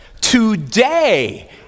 today